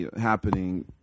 happening